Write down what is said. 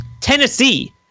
Tennessee